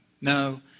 No